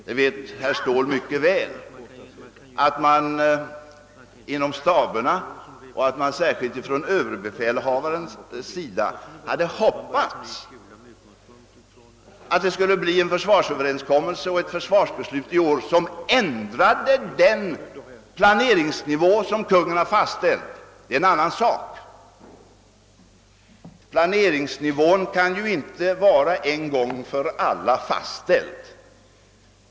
Herr Ståhl vet mycket väl att man inom staberna och särskilt överbefälhavaren hade hoppats att det skulle bli en försvarsöverenskommelse och ett försvarsbeslut i år som skulle ändra den planeringsnivå som : Kungl. Maj:t har fastställt. Planeringsnivån kan ju inte vara en gång för alla fastställd.